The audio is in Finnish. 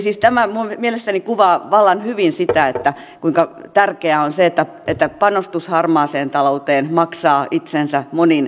siis tämä mielestäni kuvaa vallan hyvin sitä kuinka tärkeää on se että panostus harmaaseen talouteen maksaa itsensä monin verroin takaisin